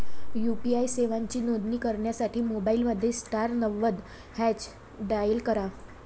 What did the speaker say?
UPI सेवांची नोंदणी करण्यासाठी मोबाईलमध्ये स्टार नव्वद हॅच डायल करा